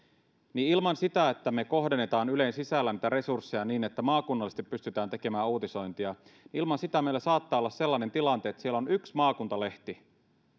niin ilman sitä että me kohdennamme ylen sisällä niitä resursseja niin että maakunnallisesti pystytään tekemään uutisointia meillä saattaa olla sellainen tilanne että siellä on yksi maakuntalehti